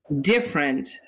different